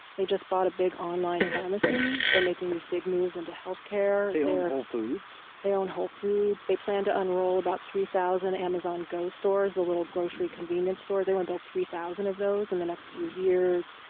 they just bought a big online pharmacy. they're making these big moves into healthcare. they own whole foods. they own whole foods. they plan to unroll about three thousand amazon go stores, the little grocery convenience stores. they want to build three thousand of those in the next few years.